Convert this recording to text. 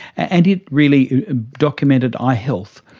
and it really documented eye health.